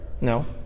No